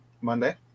Monday